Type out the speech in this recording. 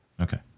Okay